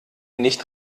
nicht